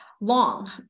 long